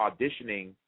auditioning